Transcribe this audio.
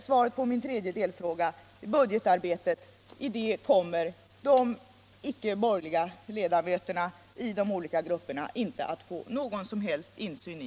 Svaret på den tredje delfrågan: Budgetarbetet kommer de icke borgerliga ledamöterna i kommittén inte att få någon som helst insyn i.